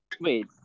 Wait